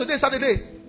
Saturday